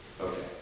Okay